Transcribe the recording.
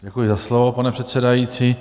Děkuji za slovo, pane předsedající.